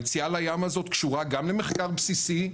היציאה הזאת לים קשורה גם למחקר בסיסי,